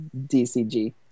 dcg